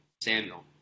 Samuel